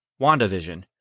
WandaVision